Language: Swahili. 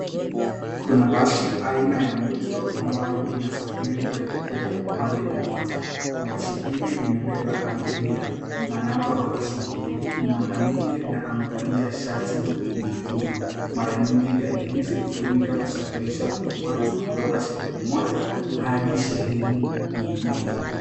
Kuna basi aina ya Metro ambayo inasafiri kuelekea upande mmoja. Basi hili limebeba abiria. Manamba wa basi hili ni mwanamke na amevalia shati nyekundu. Mara nyingi gari hizi hutumika kusafirisha watu kutoka sehemu moja hadi sehemu nyingine.